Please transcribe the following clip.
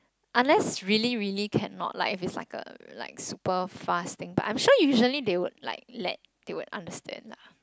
unless really really cannot like if it's like a like super fast thing but I'm sure usually they would like let they will understand lah